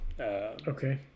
okay